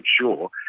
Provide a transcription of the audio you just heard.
sure